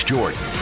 Jordan